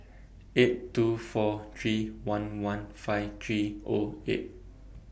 eight two four three one one five three Zero eight